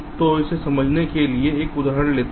तो इसे समझाने के लिए एक उदाहरण लेते हैं